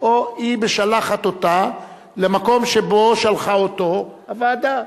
או היא משלחת אותה למקום שבו שלחה אותו הוועדה.